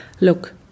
look